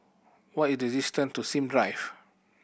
what is the distant to Sim Drive